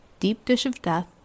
deepdishofdeath